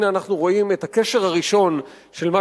הנה אנחנו רואים את הקשר הראשון בין מה